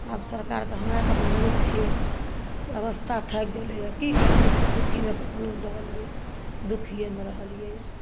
सब सरकारके हमरा अरके तऽ मूर्ख छियै रास्ता थाकि गेलिये की कए सकबय सुखी नहि कखनो रहलियै दुखियेमे रहलिये हँ